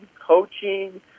coaching